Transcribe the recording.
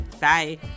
Bye